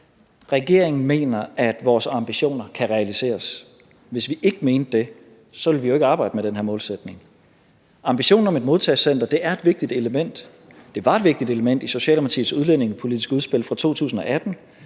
regeringen mener, at vores ambitioner kan realiseres. Hvis vi ikke mente det, ville vi jo ikke arbejde med den her målsætning. Ambitionen om et modtagecenter er et vigtigt element – og det var et vigtigt element i Socialdemokratiets udlændingepolitiske udspil fra 2018,